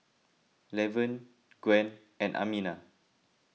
Lavern Gwen and Amina